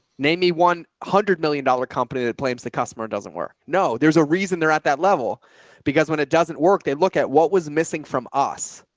name me one hundred million dollars company that claims the customer doesn't work. no, there's a reason they're at that level because when it doesn't work, they look at what was missing from us.